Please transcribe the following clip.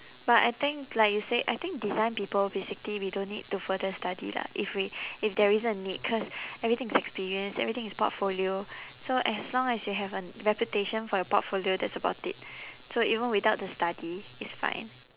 but I think like you said I think design people basically we don't need to further study lah if we if there isn't a need because everything is experience everything is portfolio so as long as you have a reputation for your portfolio that's about it so even without the study it's fine